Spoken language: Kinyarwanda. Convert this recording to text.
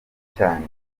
cyane